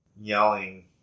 yelling